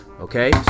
Okay